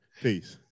Peace